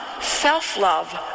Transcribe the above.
self-love